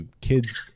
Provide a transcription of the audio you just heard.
kids